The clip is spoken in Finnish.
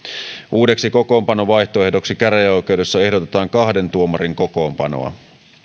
uudeksi kokoonpanovaihtoehdoksi käräjäoikeudessa ehdotetaan kahden tuomarin kokoonpanoa